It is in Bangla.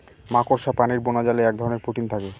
মাকড়সা প্রাণীর বোনাজালে এক ধরনের প্রোটিন থাকে